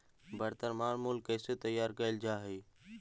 वर्तनमान मूल्य कइसे तैयार कैल जा हइ?